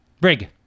Brig